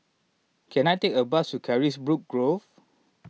can I take a bus to Carisbrooke Grove